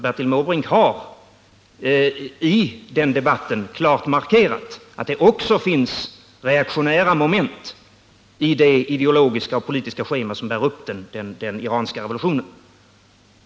Bertil Måbrink har i den debatten klart markerat att det också finns reaktionära moment i det ideologiska och politiska schema som bär upp den iranska revolutionen.